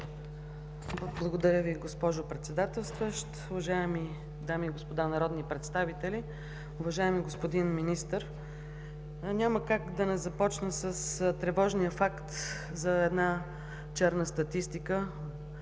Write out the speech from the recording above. Благодаря Ви, госпожо Председателстващ. Уважаеми дами и господа народни представители, уважаеми господин Министър! Няма как да не започна с тревожния факт за една черна статистика,